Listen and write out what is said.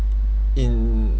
in